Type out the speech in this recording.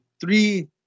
three